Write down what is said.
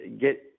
get